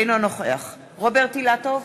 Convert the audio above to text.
אינו נוכח רוברט אילטוב,